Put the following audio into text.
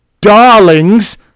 darlings